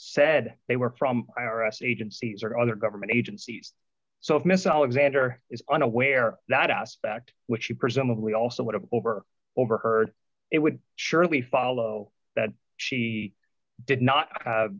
said they were from i r s agencies or other government agencies so if mr alexander is unaware that aspect which he presumably also would have over overheard it would surely follow that she did not